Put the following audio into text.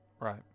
right